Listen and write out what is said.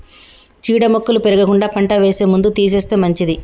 చీడ మొక్కలు పెరగకుండా పంట వేసే ముందు తీసేస్తే మంచిది